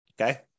okay